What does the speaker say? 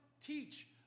teach